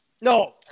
No